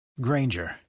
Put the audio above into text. Granger